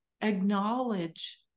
acknowledge